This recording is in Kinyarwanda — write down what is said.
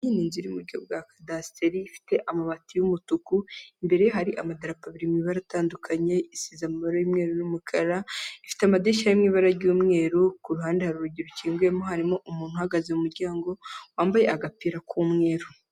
Iyi ni inzu yo muburyo bwa kadasiteri ifite amabati y'umutuku imbere hari amadarapo abiri ari mu mabara atandukanye isize amabara y’umweru n’umukara ifite amadirishya mu ibara ry'umweru, ku ruhande hari urugi rukinguye harimo umuntu uhagaze mu muryango wambaye agapira k'umweru.